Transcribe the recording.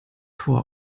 tor